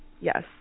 Yes